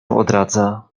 odradza